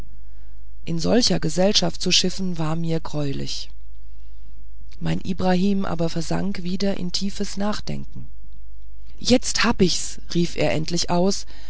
in solcher gesellschaft zu schiffen war mir greulich mein ibrahim aber versank wieder in tiefes nachdenken jetzt hab ich's rief er endlich aus